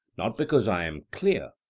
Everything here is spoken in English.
not because i am clear,